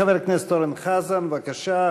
חבר הכנסת אורן חזן, בבקשה.